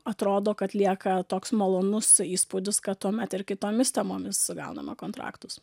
atrodo kad lieka toks malonus įspūdis kad tuomet ir kitomis temomis gaunama kontraktus